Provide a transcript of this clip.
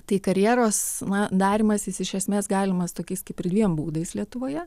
tai karjeros na darymas jis iš esmės galimas tokiais kaip ir dviem būdais lietuvoje